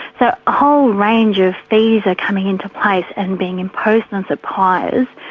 so a whole range of fees are coming into place and being imposed on suppliers,